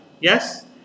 yes